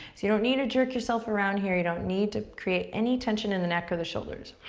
you don't need to jerk yourself around here. you don't need to create any tension in the neck or the shoulders.